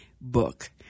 book